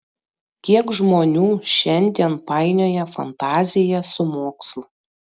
kiek žmonių šiandien painioja fantaziją su mokslu